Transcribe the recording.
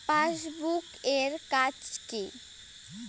Passbook এর কাজ কি?